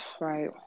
right